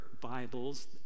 bibles